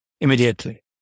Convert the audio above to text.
immediately